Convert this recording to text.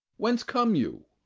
whence come you?